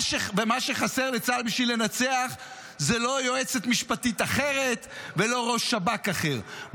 מה שחסר לצה"ל בשביל לנצח זה לא יועצת משפטית אחרת ולא ראש שב"כ אחר,